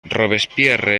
robespierre